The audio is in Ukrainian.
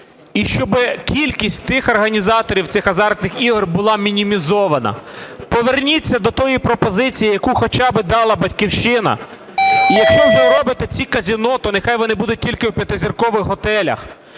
і щоб кількість тих організаторів цих азартних ігор була мінімізована, поверніться до тієї пропозиції, яку хоча б дала "Батьківщина". І, якщо вже робите ці казино, то нехай вони будуть тільки у п'ятизіркових готелях,